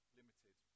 limited